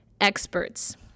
experts